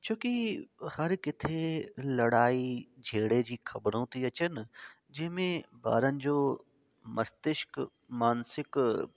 छोकी हरु किथे लड़ाई छेड़े जी ख़बरूं थी अचनि जंहिं में ॿारनि जो मस्तिष्क मानसिक